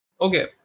Okay